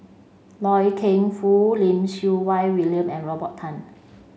Loy Keng Foo Lim Siew Wai William and Robert Tan